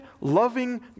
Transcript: loving